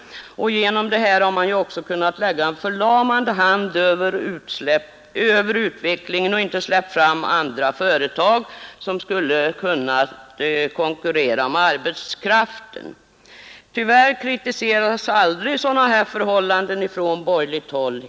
Genom detta har man också kunnat lägga en förlamande hand över utvecklingen och inte släppt fram andra företag, som skulle kunna konkurrera om arbetskraften. Tyvärr kritiseras aldrig sådana förhållanden från borgerligt håll.